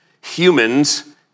Humans